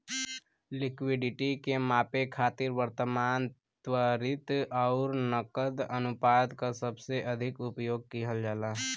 liquidity के मापे खातिर वर्तमान, त्वरित आउर नकद अनुपात क सबसे अधिक उपयोग किहल जाला